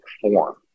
form